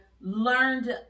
learned